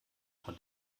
von